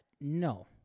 No